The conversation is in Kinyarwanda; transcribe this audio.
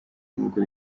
n’ubwo